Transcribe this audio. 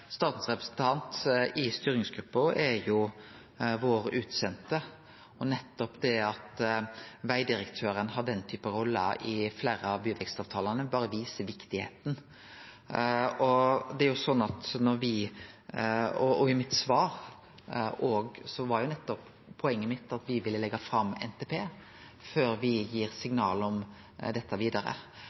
Statens representant i styringsgruppa er vår utsende, og nettopp det at vegdirektøren har den typen rolle i fleire av byvekstavtalane, viser viktigheita. I svaret mitt var poenget mitt at me ville leggje fram NTP før me gir signal om dette vidare. Eg har i